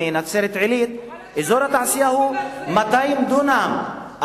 אזור התעשייה הוא 200 דונם.